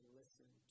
listen